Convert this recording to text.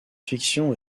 fiction